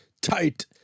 tight